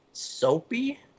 Soapy